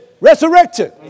resurrected